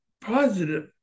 positive